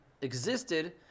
existed